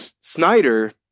snyder